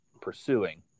pursuing